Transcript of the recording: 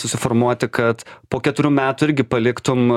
susiformuoti kad po keturių metų irgi paliktum